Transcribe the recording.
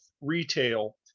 retail